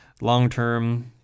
Long-term